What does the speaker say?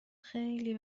خیلی